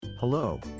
Hello